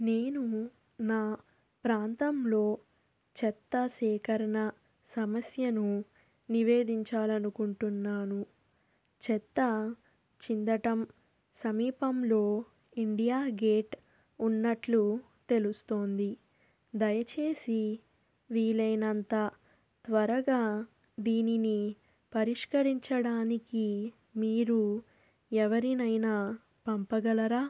నేను నా ప్రాంతంలో చెత్త సేకరణ సమస్యను నివేదించాలి అనుకుంటున్నాను చెత్త చిందడం సమీపంలో ఇండియా గేట్ ఉన్నట్లు తెలుస్తోంది దయచేసి వీలైనంత త్వరగా దీనిని పరిష్కరించడానికి మీరు ఎవరినైనా పంపగలరా